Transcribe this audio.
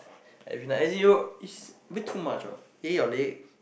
like as in you is a bit too much eh your leg